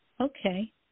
Okay